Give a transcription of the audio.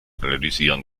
analysieren